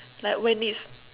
like when it's